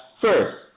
first